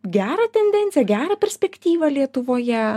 gerą tendenciją gerą perspektyvą lietuvoje